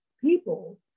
people